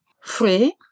free